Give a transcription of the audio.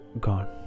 gone